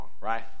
right